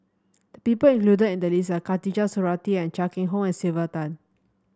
the people included in the list are Khatijah Surattee Chia Keng Hock and Sylvia Tan